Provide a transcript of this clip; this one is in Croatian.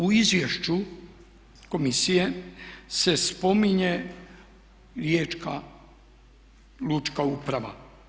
U izvješću komisije se spominje riječka Lučka uprava.